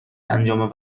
انجام